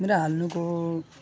मेरो हाल्नुको